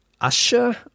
Usher